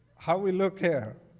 how do we look, here?